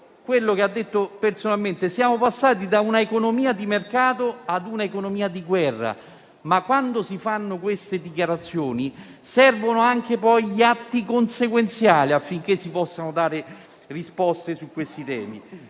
quello che ha detto - che siamo passati da un'economia di mercato ad un'economia di guerra. Ma quando si fanno queste dichiarazioni servono anche atti consequenziali, affinché si possano dare risposte su questi temi.